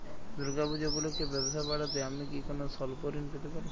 দূর্গা পূজা উপলক্ষে ব্যবসা বাড়াতে আমি কি কোনো স্বল্প ঋণ পেতে পারি?